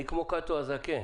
אני כמו קאטו הזקן